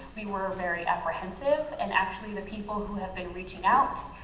we were very apprehensive. and actually the people who have been reaching out